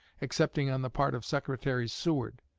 excepting on the part of secretary seward.